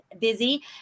busy